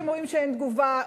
אם רואים שאין תגובה,